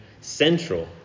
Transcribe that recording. central